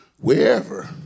wherever